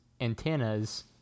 antennas